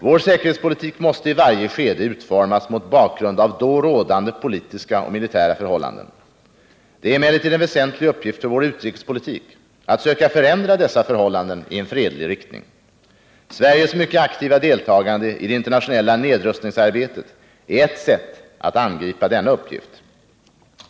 Vår säkerhetspolitik måste i varje skede utformas mot bakgrund av då rådande politiska och militära förhållanden. Det är emellertid en väsentlig uppgift för vår utrikespolitik att söka förändra dessa förhållanden i fredlig riktning. Sveriges mycket aktiva deltagande i det internationella nedrustningsarbetet är ett sätt att angripa denna uppgift.